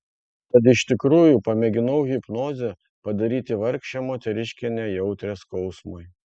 tad iš tikrųjų pamėginau hipnoze padaryti vargšę moteriškę nejautrią skausmui